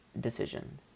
decision